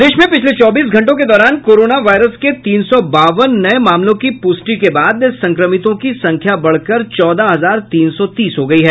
प्रदेश में पिछले चौबीस घंटों के दौरान कोरोना वायरस के तीन सौ बावन नये मामलों की पुष्टि के बाद संक्रमितों की संख्या बढ़कर चौदह हजार तीन सौ तीस हो गयी है